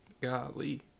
Golly